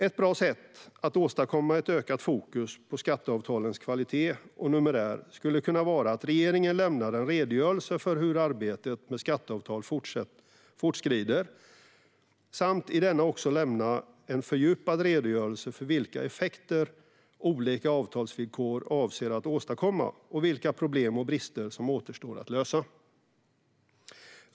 Ett bra sätt att åstadkomma ett ökat fokus på skatteavtalens kvalitet och numerär skulle kunna vara att regeringen lämnar en redogörelse för hur arbetet med skatteavtal fortskrider. Man bör i denna också lämna en fördjupad redogörelse för vilka effekter olika avtalsvillkor avser att åstadkomma och vilka problem och brister som återstår att lösa.